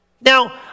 Now